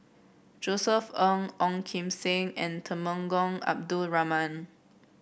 Josef Ng Ong Kim Seng and Temenggong Abdul Rahman